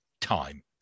time